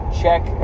check